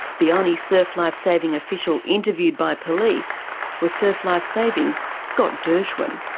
the only surf life saving official interviewed by police was surf life saving's scott dershwin.